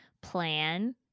plan